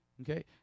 Okay